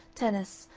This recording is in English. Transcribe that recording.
tennis,